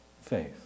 faith